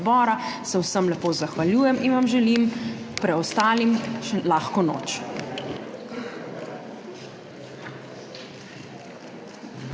Se vsem lepo zahvaljujem in vam želim preostalim lahko noč.